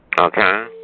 Okay